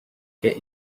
get